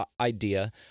idea